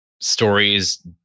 stories